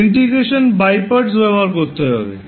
integration by parts ব্যবহার করতে হবে